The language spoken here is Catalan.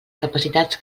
capacitats